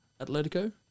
Atletico